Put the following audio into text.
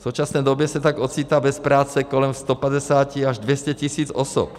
V současné době se tak ocitá bez práce kolem 150 až 200 tisíc osob.